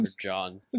john